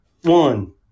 one